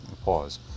Pause